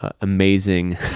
amazing